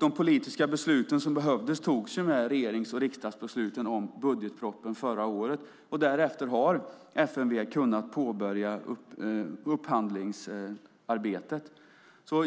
De politiska beslut som behövdes togs med regerings och riksdagsbesluten om budgetpropositionen förra året. Därefter har FMV kunnat påbörja upphandlingsarbetet.